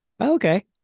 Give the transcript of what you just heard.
okay